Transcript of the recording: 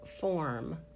form